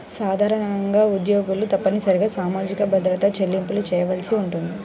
సాధారణంగా ఉద్యోగులు తప్పనిసరిగా సామాజిక భద్రత చెల్లింపులు చేయవలసి ఉంటుంది